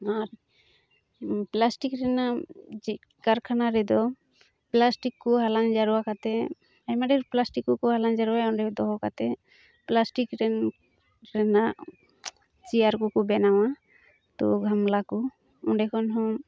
ᱟᱨ plastic ᱨᱮᱱᱟᱜ ᱪᱮᱫ ᱠᱟᱨᱠᱷᱟᱱᱟ ᱨᱮᱫᱚ ᱯᱞᱟᱥᱴᱤᱠ ᱠᱚ ᱦᱟᱞᱟᱝ ᱡᱟᱣᱨᱟ ᱠᱟᱛᱮᱫ ᱟᱭᱢᱟ ᱰᱷᱮᱨ ᱯᱞᱟᱥᱴᱤᱠ ᱠᱚᱠᱚ ᱦᱟᱞᱟᱝ ᱡᱟᱨᱣᱟᱭᱟ ᱚᱸᱰᱮ ᱫᱚᱦᱚ ᱠᱟᱛᱮᱫ ᱯᱞᱟᱥᱴᱤᱠ ᱨᱮ ᱨᱮᱱᱟᱜ ᱪᱮᱭᱟᱨ ᱠᱚᱠᱚ ᱵᱮᱱᱟᱣᱟ ᱛᱳ ᱜᱟᱢᱞᱟ ᱠᱚ ᱚᱸᱰᱮ ᱠᱷᱚᱱᱦᱚᱸ